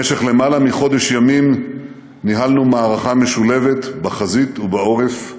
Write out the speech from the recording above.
במשך למעלה מחודש ימים ניהלנו מערכה משולבת בחזית ובעורף.